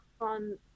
on